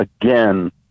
Again